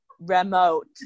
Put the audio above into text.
remote